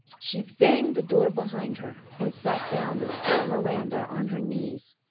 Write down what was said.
she banged the door behind her and sat down with poor miranda on her knees,